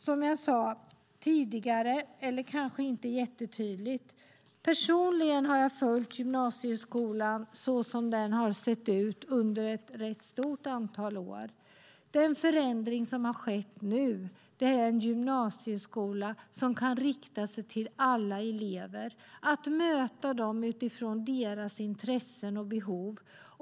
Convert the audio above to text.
Som jag sade tidigare har jag personligen följt gymnasieskolan så som den har sett ut under ett stort antal år. Den förändring som har skett nu är att vi fått en gymnasieskola som kan rikta sig till alla elever och möta dem utifrån deras intressen och behov.